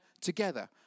together